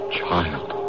child